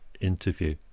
interview